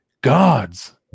gods